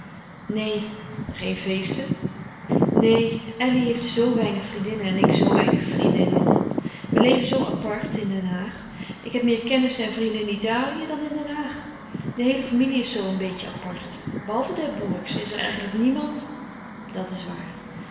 neen geen feesten neen elly heeft zoo weinig vriendinnen en ik zoo weinig vrienden in holland we leven zoo apart in den haag ik heb meer kennissen en vrienden in italië dan in den haag de heele familie is zoo een beetje apart behalve de d'herbourgs is er eigenlijk niemand dat is waar